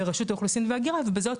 ברשות האוכלוסין וההגירה ובזאת